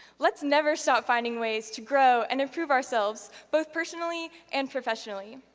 let's never stop finding ways to grow and improve ourselves both personally and professionally.